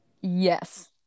Yes